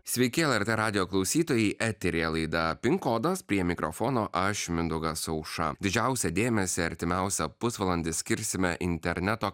sveiki lrt radijo klausytojai eteryje laida pin kodas prie mikrofono aš mindaugas auša didžiausią dėmesį artimiausią pusvalandį skirsime interneto